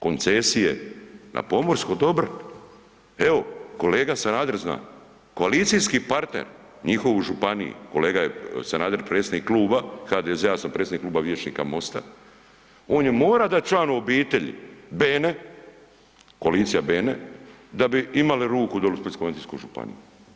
Koncesije na pomorsko dobro, evo kolega Sanader zna, koalicijski partner njihov u županiji, kolega je Sanader predsjednik Kluba HDZ-a, ja sam predsjednik Kluba vijećnika MOST-a, on je mora dat članu obitelji Bene, koalicija Bene, da bi imali ruku doli u Splitsko-dalmatinskoj županiji.